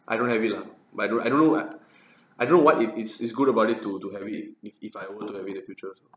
I don't have it lah but I don't I don't know what I don't know what if it's is good about it to to have it if if I were to have it in the future